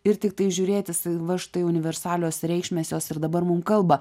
ir tiktai žiūrėtis va štai universalios reikšmės jos ir dabar mum kalba